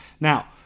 Now